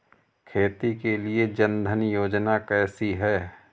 खेती के लिए जन धन योजना कैसी है?